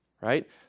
right